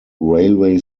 railway